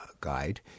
guide